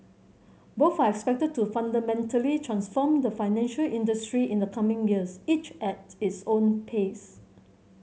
both are expected to fundamentally transform the financial industry in the coming years each at its own pace